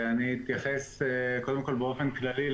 אני אתייחס קודם כל באופן כללי.